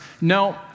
No